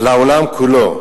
על העולם כולו.